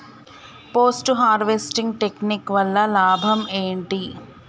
Post harvesting technique వల్ల లాభం ఏంటి?